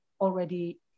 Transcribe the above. already